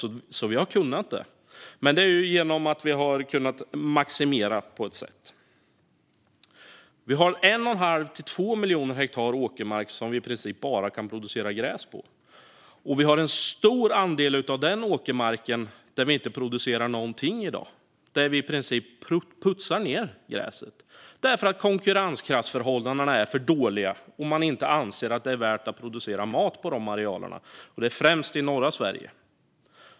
Man har alltså kunnat öka dem, men det är ju genom att man kunnat maximera produktionen. Vi har 1 1⁄2 till 2 miljoner hektar åkermark som vi i princip bara kan producera gräs på. Och på en stor andel av den åkermarken produceras ingenting i dag. Vi putsar i princip ned gräset där, eftersom konkurrenskraftsförhållandena är för dåliga. Man anser att det inte är värt att producera mat på de arealerna. Det är främst i norra Sverige.